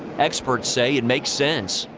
experts say it makes sense.